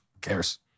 cares